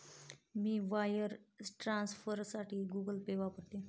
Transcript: मी wire ट्रान्सफरसाठी Google Pay वापरते